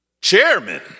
chairman